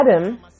Adam